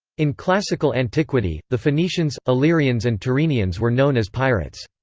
in classical antiquity, the phoenicians, illyrians and tyrrhenians were known as pirates.